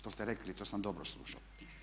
To ste rekli i to sam dobro slušao.